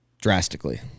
drastically